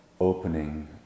opening